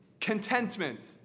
contentment